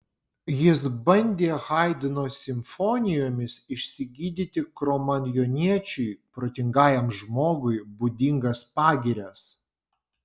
jis bandė haidno simfonijomis išsigydyti kromanjoniečiui protingajam žmogui būdingas pagirias